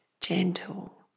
gentle